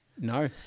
No